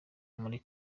muri